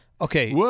okay